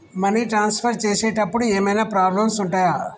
Money transfer చేసేటప్పుడు ఏమైనా problems ఉంటయా?